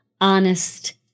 honest